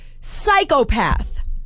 psychopath